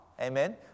Amen